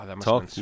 talk